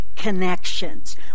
Connections